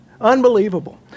unbelievable